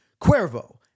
Cuervo